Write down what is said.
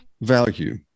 value